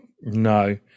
no